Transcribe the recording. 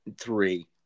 Three